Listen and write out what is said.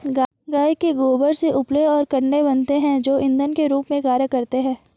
गाय के गोबर से उपले और कंडे बनते हैं जो इंधन के रूप में कार्य करते हैं